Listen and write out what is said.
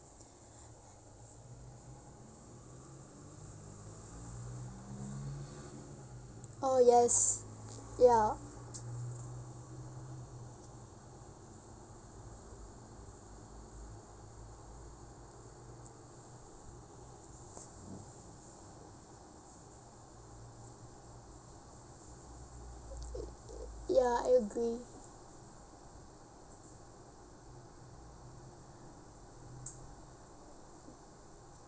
orh yes ya ya I agree